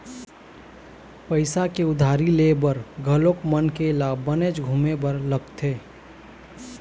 पइसा के उधारी ले बर घलोक मनखे ल बनेच घुमे बर लगथे